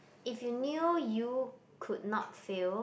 if you knew you could not fail